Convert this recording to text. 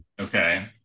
Okay